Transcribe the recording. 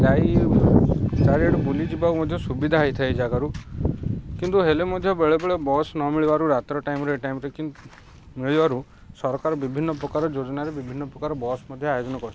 ଯାଇ ଚାରି ଆଡ଼େ ବୁଲିଯିବାକୁ ମଧ୍ୟ ସୁବିଧା ହେଇଥାଏ ଏ ଜାଗାରୁ କିନ୍ତୁ ହେଲେ ମଧ୍ୟ ବେଳେବେେଳେ ବସ୍ ନ ମିଳିବାରୁ ରାତିରେ ଟାଇମ୍ରେ ଟାଇମ୍ରେ ମିଳିବାରୁ ସରକାର ବିଭିନ୍ନ ପ୍ରକାର ଯୋଜନାରେ ବିଭିନ୍ନ ପ୍ରକାର ବସ୍ ମଧ୍ୟ ଆୟୋଜନ କରିଥାନ୍ତି